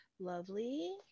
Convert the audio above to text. Lovely